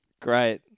great